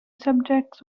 subjects